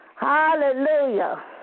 Hallelujah